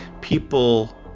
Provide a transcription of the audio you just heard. people